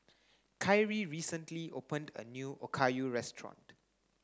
Kyrie recently opened a new Okayu restaurant